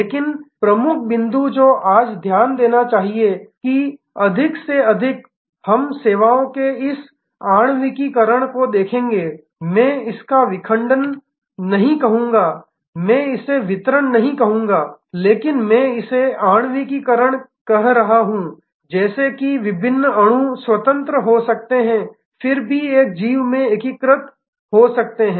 लेकिन प्रमुख बिंदु जो आज ध्यान देना चाहिए कि अधिक से अधिक हम सेवाओं के इस आणविककरण को देखेंगे मैं इसका विखंडन नहीं कहूंगा मैं इसे वितरण नहीं कहूंगा लेकिन मैं इसे आणविककरण कह रहा हूं क्योंकि जैसे विभिन्न अणु स्वतंत्र हो सकते हैं फिर भी एक जीव में एकीकृत हो सकते हैं